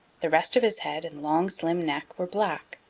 the rest of his head and long, slim neck were black.